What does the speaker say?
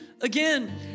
again